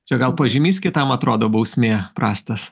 čia gal pažymys kitam atrodo bausmė prastas